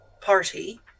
party